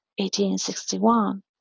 1861